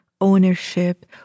ownership